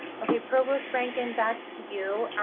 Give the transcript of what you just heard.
ok, provost rankin, back to you.